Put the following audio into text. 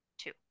Two